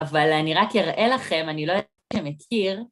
אבל אני רק יראה לכם, אני לא יודעת אם אתה מכיר...